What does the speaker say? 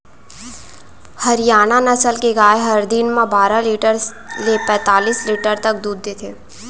हरियाना नसल के गाय हर दिन म बारा लीटर ले पैतालिस लीटर तक दूद देथे